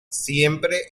siempre